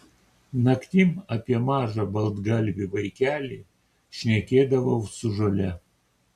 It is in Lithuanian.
naktim apie mažą baltgalvį vaikelį šnekėdavau su žole